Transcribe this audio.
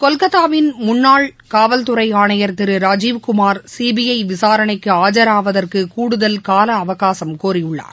கொல்கத்தாவின் முன்னாள் காவல்துறை ஆணையர் திரு ராஜீவ்குமார் சிபிஐ விசாரணைக்கு ஆஜராவதற்கு கூடுதல் கால அவகாசம் கோரியுள்ளார்